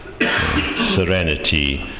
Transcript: serenity